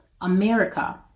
America